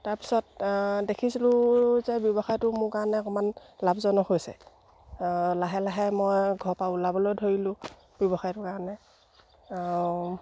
তাৰপিছত দেখিছিলোঁ যে ব্যৱসায়টো মোৰ কাৰণে অকণমান লাভজনক হৈছে লাহে লাহে মই ঘৰৰপৰা ওলাবলৈ ধৰিলোঁ ব্যৱসায়টোৰ কাৰণে